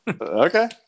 Okay